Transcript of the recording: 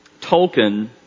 Tolkien